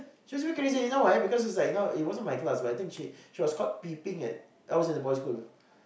she was really crazy you know why because it's like you know it wasn't my class but I think she she was caught peeping at I was in a boys' school